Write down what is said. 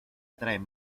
atraen